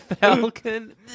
Falcon